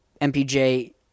MPJ